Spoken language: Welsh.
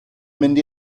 mynd